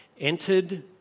entered